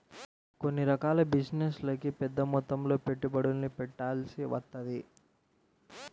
కొన్ని రకాల బిజినెస్లకి పెద్దమొత్తంలో పెట్టుబడుల్ని పెట్టాల్సి వత్తది